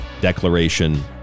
declaration